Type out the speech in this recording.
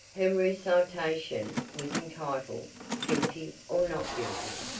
her recitation was entitled guilty or not guilty?